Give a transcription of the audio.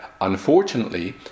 unfortunately